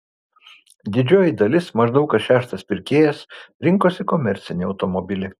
didžioji dalis maždaug kas šeštas pirkėjas rinkosi komercinį automobilį